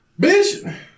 Bitch